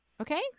Okay